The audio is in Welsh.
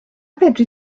fedri